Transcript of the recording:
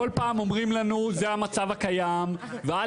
כל פעם אומרים לנו שזה המצב הקיים ואל